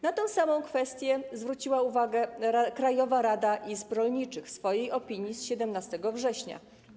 Na tę samą kwestię zwróciła uwagę Krajowa Rada Izb Rolniczych w swojej opinii z 17 września.